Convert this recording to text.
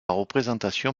représentation